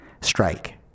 strike